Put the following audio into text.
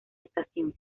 estación